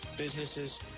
businesses